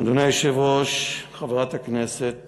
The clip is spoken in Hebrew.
אדוני היושב-ראש, חברת הכנסת